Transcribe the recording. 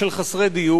בתי מגורים של חסרי דיור.